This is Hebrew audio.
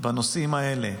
בנושאים האלה,